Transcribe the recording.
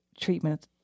treatment